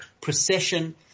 procession